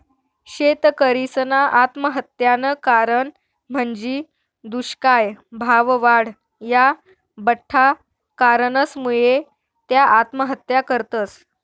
शेतकरीसना आत्महत्यानं कारण म्हंजी दुष्काय, भाववाढ, या बठ्ठा कारणसमुये त्या आत्महत्या करतस